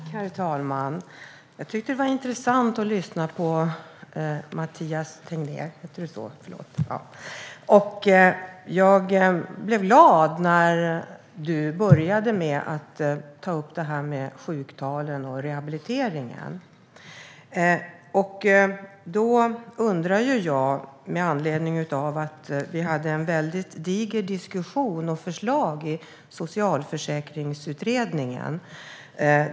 Herr talman! Jag tyckte att det var intressant att lyssna på Mathias Tegnér. Jag blev glad när du började med att ta upp sjuktalen och rehabiliteringen. Vi hade en väldigt diger diskussion och förslag i Socialförsäkringsutredningen.